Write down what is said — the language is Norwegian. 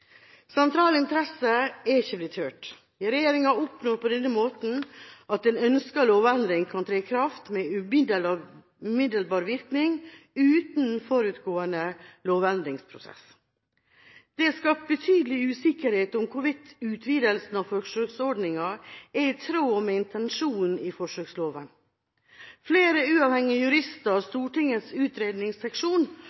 sentral del av lov om motorferdsel i utmark og vassdrag, uten at et lovendringsforslag er forelagt og vedtatt av Stortinget. Sentrale interesser er ikke blitt hørt. Regjeringa oppnår på denne måten at en ønsket lovendring kan tre i kraft med umiddelbar virkning uten forutgående lovendringsprosess. Det er skapt betydelig usikkerhet om hvorvidt utvidelsen av forsøksordninga er i